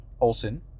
Olson